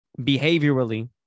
behaviorally